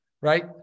Right